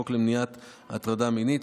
53. חוק למניעת הטרדה מינית,